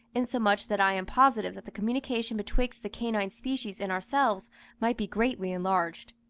insomuch that i am positive that the communication betwixt the canine species and ourselves might be greatly enlarged.